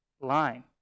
line